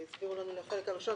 הסבירו לנו את החלק הראשון,